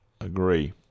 agree